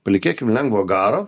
palinkėkim lengvo garo